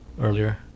earlier